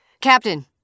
Captain